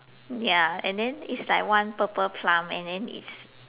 ya and then is like one purple plum and then is